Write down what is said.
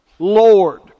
Lord